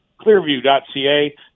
clearview.ca